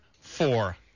four